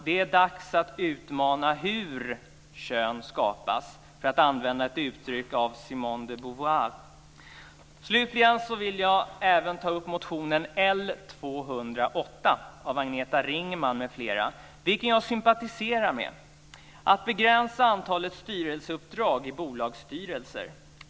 Det är dags att utmana hur kön skapas - för att använda ett uttryck av Simone de Beauvoir. Slutligen vill jag även ta upp motionen L208 av att begränsa antalet styrelseuppdrag i bolagsstyrelser.